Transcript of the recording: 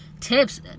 tips